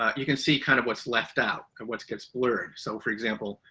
you can see kind of what's left out, what's gets blurred. so, for example,